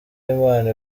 imana